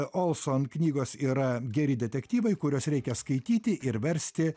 olson knygos yra geri detektyvai kuriuos reikia skaityti ir versti